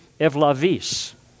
evlavis